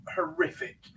horrific